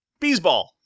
Beesball